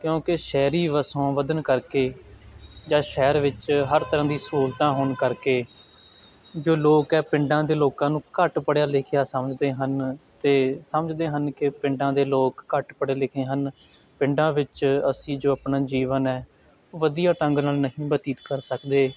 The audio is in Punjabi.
ਕਿਉਂਕਿ ਸ਼ਹਿਰੀ ਵਸੋਂ ਵਧਣ ਕਰਕੇ ਜਾਂ ਸ਼ਹਿਰ ਵਿੱਚ ਹਰ ਤਰ੍ਹਾਂ ਦੀ ਸਹੂਲਤਾਂ ਹੋਣ ਕਰਕੇ ਜੋ ਲੋਕ ਹੈ ਪਿੰਡਾਂ ਦੇ ਲੋਕਾਂ ਨੂੰ ਘੱਟ ਪੜ੍ਹਿਆ ਲਿਖਿਆ ਸਮਝਦੇ ਹਨ ਅਤੇ ਸਮਝਦੇ ਹਨ ਕਿ ਪਿੰਡਾਂ ਦੇ ਲੋਕ ਘੱਟ ਪੜ੍ਹੇ ਲਿਖੇ ਹਨ ਪਿੰਡਾਂ ਵਿੱਚ ਅਸੀਂ ਜੋ ਆਪਣਾ ਜੀਵਨ ਹੈ ਉਹ ਵਧੀਆ ਢੰਗ ਨਾਲ ਨਹੀਂ ਬਤੀਤ ਕਰ ਸਕਦੇ